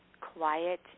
quiet